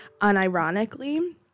unironically